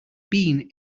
bean